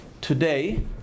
Today